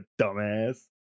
dumbass